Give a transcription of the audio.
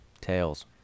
Tails